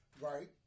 right